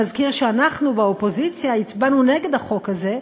נזכיר שאנחנו באופוזיציה הצבענו נגד החוק הזה.